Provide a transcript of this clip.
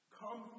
come